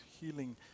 healing